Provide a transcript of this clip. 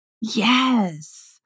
Yes